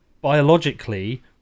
biologically